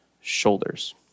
shoulders